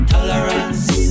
Tolerance